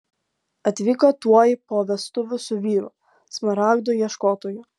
atvyko tuoj po vestuvių su vyru smaragdų ieškotoju